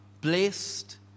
blessed